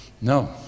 No